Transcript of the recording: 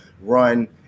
run